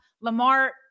Lamar